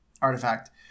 artifact